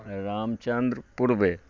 Ramchandra Purve